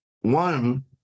One